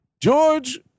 George